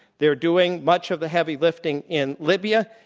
they're doing much of the heavy lifting in libya,